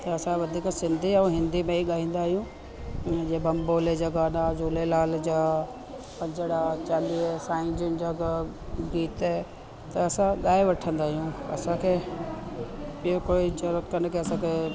ऐं असां वधीक सिंधी ऐं हिंदी में ई ॻाईंदा आहियूं ईअं जीअं बम बोले जा गाना झूलेलाल जा पंजिणा चालीहो साईं जन जा बि गीत त असां ॻाए वठंदा आहियूं असांखे त ॿियों कोई ज़रूरत कोन्हे की असांखे